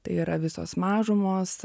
tai yra visos mažumos